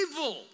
evil